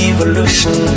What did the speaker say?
Evolution